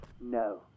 No